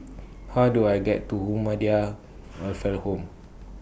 How Do I get to Welfare Home